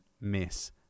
miss